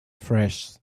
fresh